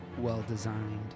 well-designed